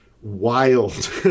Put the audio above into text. wild